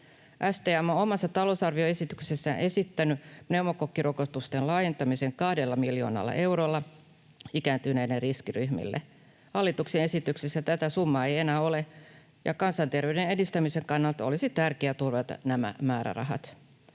STM on omassa talousarvioesityksessään esittänyt pneumokokkirokotusten laajentamista 2 miljoonalla eurolla ikääntyneiden riskiryhmille. Hallituksen esityksessä tätä summaa ei enää ole, ja kansanterveyden edistämisen kannalta olisi tärkeää turvata nämä määrärahat.